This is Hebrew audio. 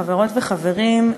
חברות וחברים,